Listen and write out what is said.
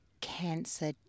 cancer